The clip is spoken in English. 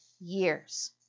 years